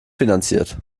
finanziert